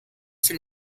sind